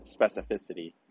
specificity